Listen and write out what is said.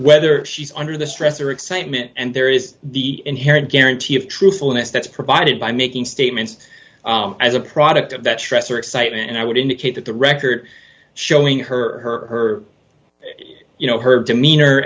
whether she's under the stress or excitement and there is the inherent guarantee of truthfulness that's provided by making statements as a product of that stress or excitement and i would indicate that the record showing her you know her demeanor